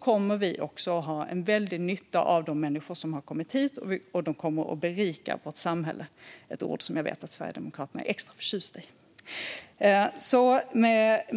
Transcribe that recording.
kommer vi också att ha väldig nytta av de människor som kommit hit, och de kommer att berika vårt samhälle - ett ord som jag vet att Sverigedemokraterna är extra förtjusta i.